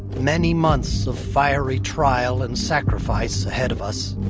many months of fiery trial and sacrifice ahead of us.